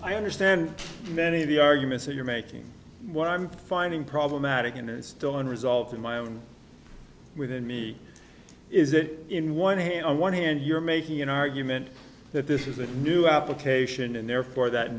i understand many of the arguments you're making what i'm finding problematic and still unresolved in my own within me is that in one hand on one hand you're making an argument that this is a new application and therefore that